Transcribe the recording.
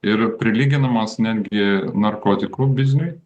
ir prilyginamas netgi narkotikų bizniui